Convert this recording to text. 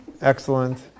excellent